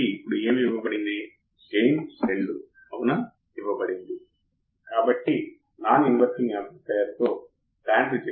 R1 నుండి ప్రవహించే కరెంట్i1 R1 నుండి i1R2 నుండి i2 ఇది Ib1 ఇది Ib2 ఇన్వర్టింగ్ మరియు ఆపరేషన్ యాంప్లిఫైయర్ యొక్క నాన్ ఇన్వర్టింగ్ టెర్మినల్స్